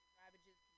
ravages